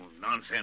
nonsense